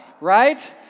right